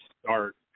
start